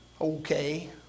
Okay